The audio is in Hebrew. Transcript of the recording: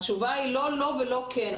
התשובה היא לא לא ולא כן.